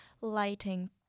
lighting